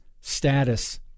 status